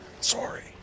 Sorry